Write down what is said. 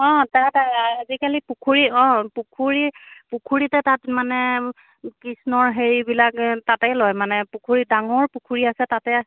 তাত আজিকালি পুখুৰী অঁ পুখুৰী পুখুৰীতে তাত মানে কৃষ্ণৰ হেৰিবিলাক তাতে লয় মানে পুখুৰী ডাঙৰ পুখুৰী আছে তাতে